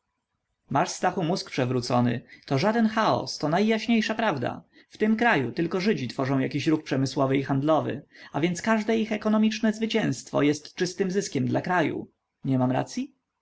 masz stachu mózg przewrócony to żaden chaos to najjaśniejsza prawda w tym kraju tylko żydzi tworzą jakiś ruch przemysłowy i handlowy a więc każde ich ekonomiczne zwycięstwo jest czystym zyskiem dla kraju nie mam racyi